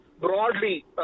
broadly